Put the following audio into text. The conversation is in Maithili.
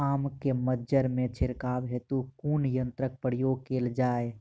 आम केँ मंजर मे छिड़काव हेतु कुन यंत्रक प्रयोग कैल जाय?